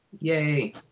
Yay